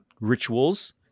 rituals